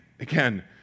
Again